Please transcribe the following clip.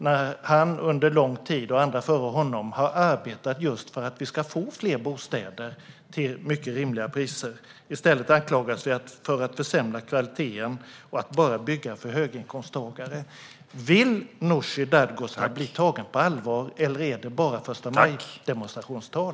Han och andra före honom har under lång tid arbetat just för att vi ska få fler bostäder till rimliga priser. I stället anklagas vi för att försämra kvaliteten och bara bygga för höginkomsttagare. Vill Nooshi Dadgostar bli tagen på allvar, eller är det bara första maj-demonstrationstal?